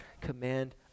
command